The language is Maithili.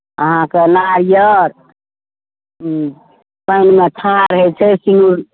अहाँके नारियल पानिमे ठाढ़ होइत छै सिन्दूर